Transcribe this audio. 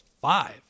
five